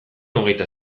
hogeita